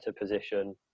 position